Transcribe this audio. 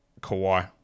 Kawhi